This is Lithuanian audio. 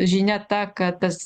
žinia ta kad tas